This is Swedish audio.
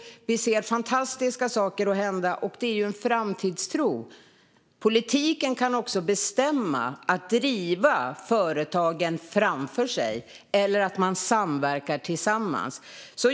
Vi ser fantastiska saker hända, och det finns en framtidstro. Politiken kan bestämma att den ska driva företagen framför sig eller att man ska samverka tillsammans.